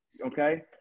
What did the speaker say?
okay